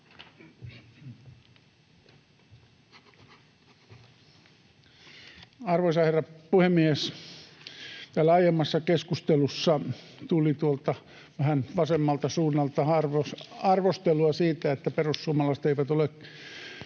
Arvoisa herra puhemies! Täällä aiemmassa keskustelussa tuli tuolta vähän vasemmalta suunnalta arvostelua siitä, että perussuomalaiset eivät ole